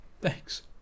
Thanks